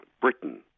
Britain